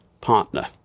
partner